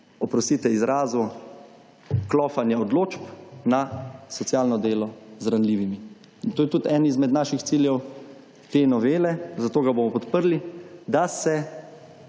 oprostite izrazu, klofanja odločb na socialno delo z ranljivimi. In to je tudi eden izmed naših ciljev te novele, zato ga bomo podprli, da se